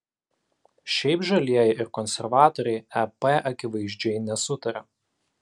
šiaip žalieji ir konservatoriai ep akivaizdžiai nesutaria